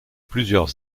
plusieurs